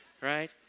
right